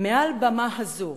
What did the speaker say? מעל הבמה הזו